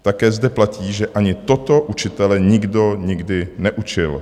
Také zde platí, že ani toto učitele nikdo nikdy neučil.